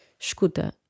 Escuta